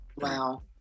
Wow